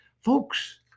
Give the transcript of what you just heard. Folks